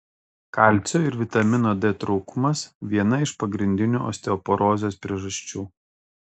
kalcio ir vitamino d trūkumas viena iš pagrindinių osteoporozės priežasčių